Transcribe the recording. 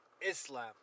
Islam